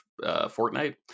Fortnite